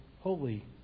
holy